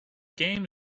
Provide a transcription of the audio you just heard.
game